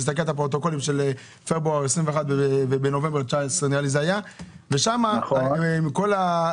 תסתכל בפרוטוקולים של פברואר 2021 ונובמבר 2019. בכל הדין